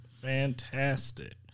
Fantastic